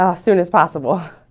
ah soon as possible